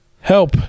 help